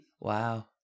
Wow